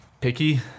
Picky